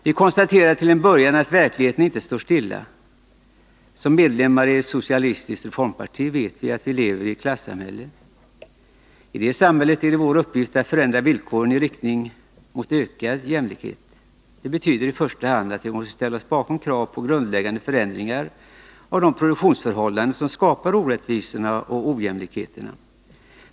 Vi konstaterar till en början att verkligheten inte står stilla. Som medlemmar i ett socialistiskt reformparti vet vi att vi lever i ett klassamhälle. I detta samhälle är det vår uppgift att förändra villkoren i riktning mot ökad jämlikhet. Det betyder i första hand att vi måste ställa oss bakom krav på grundläggande förändringar av de produktionsförhållanden som skapar orättvisorna och ojämlikheterna.